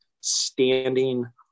standing